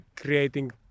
creating